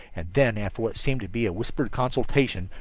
and then, after what seemed to be a whispered consultation,